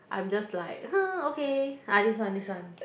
I'm just like [huh] okay ah this one this one